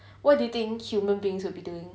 what do you think human beings will be doing